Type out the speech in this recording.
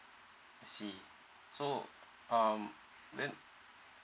I see so um then